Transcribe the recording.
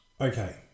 okay